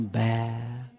back